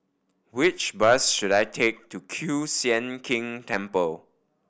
which bus should I take to Kiew Sian King Temple